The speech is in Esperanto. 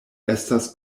estas